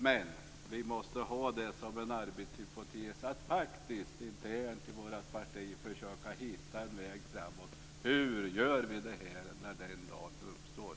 Men vi måste ha som arbetshypotes att internt i vårt parti försöka hitta en väg för att göra det här när den situationen uppstår.